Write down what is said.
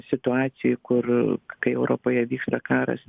situacijoj kur kai europoje vyksta karas